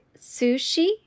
sushi